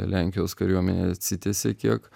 lenkijos kariuomenė atsitiesė kiek